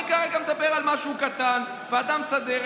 אני כרגע מדבר על משהו קטן, ועדה מסדרת.